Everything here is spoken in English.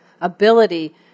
ability